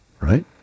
Right